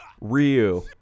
Ryu